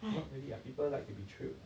not really ah people like to be thrill